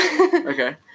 Okay